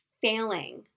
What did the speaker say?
failing